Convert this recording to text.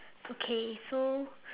okay so